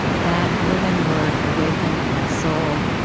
that living word awakened my soul,